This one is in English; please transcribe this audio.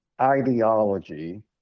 ideology